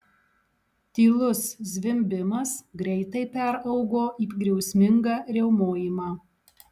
tylus zvimbimas greitai peraugo į griausmingą riaumojimą